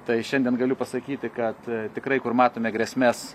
tai šiandien galiu pasakyti kad tikrai kur matome grėsmes